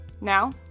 Now